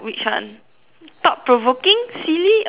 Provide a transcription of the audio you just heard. talk provoking silly or stories